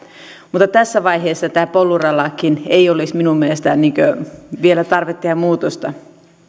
mutta tässä vaiheessa tähän polura lakiin ei olisi minun mielestäni vielä tarvetta tehdä muutosta